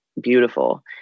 beautiful